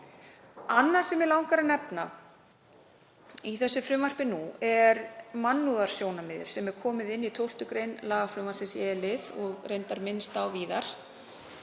Annað sem mig langar að nefna í þessu frumvarpi er mannúðarsjónarmið sem er komið inn í e-lið 12. gr. lagafrumvarpsins og reyndar minnst á víðar.